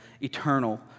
eternal